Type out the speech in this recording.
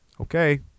Okay